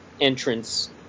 entrance